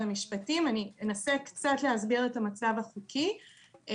המשפטים ואנסה להסביר את המצב החוקי,